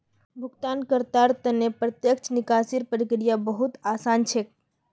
भुगतानकर्तार त न प्रत्यक्ष निकासीर प्रक्रिया बहु त आसान छेक